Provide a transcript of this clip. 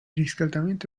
riscaldamento